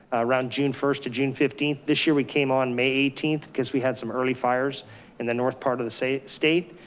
around june first to june fifteenth. this year we came on may eighteenth, because we had some early fires in the north part of the state.